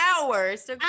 Hours